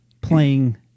playing